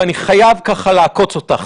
ואני חייב ככה לעקוץ אותך,